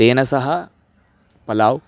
तेन सह पलाव्